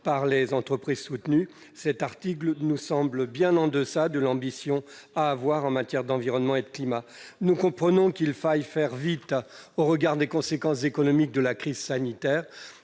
par les entreprises soutenues. Il nous semble bien en deçà de l'ambition qu'il faut avoir en matière d'environnement et de climat. Nous comprenons qu'il faille faire vite au regard des conséquences économiques de la crise sanitaire.